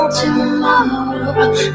tomorrow